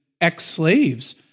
ex-slaves